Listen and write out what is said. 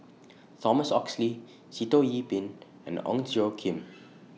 Thomas Oxley Sitoh Yih Pin and Ong Tjoe Kim